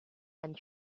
and